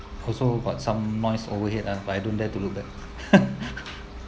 also got some noise overhead and I don't dare to look back